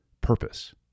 purpose